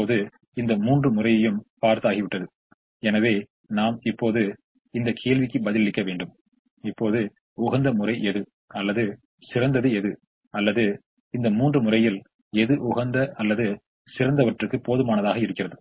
இப்போது இந்த மூன்று முறையும் பார்த்தாகிவிட்டது எனவே நாம் இப்போது இந்த கேள்விக்கு பதிலளிக்க வேண்டும் இப்போது உகந்த முறை எது அல்லது சிறந்தது எது அல்லது இந்த மூன்று முறையில் எது உகந்த அல்லது சிறந்தவற்றுக்கு போதுமானதாக இருக்கிறது